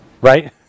Right